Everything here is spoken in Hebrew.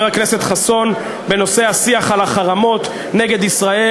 הכנסת חסון בנושא השיח על החרמות נגד ישראל.